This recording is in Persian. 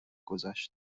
گذشت